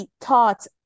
taught